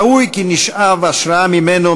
ראוי כי נשאב השראה ממנו,